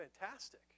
Fantastic